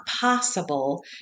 possible